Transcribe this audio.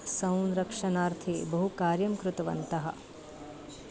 संरक्षणार्थे बहुकार्यं कृतवन्तः